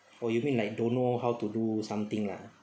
oh you mean like don't know how to do something lah